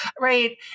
right